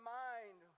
mind